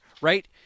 right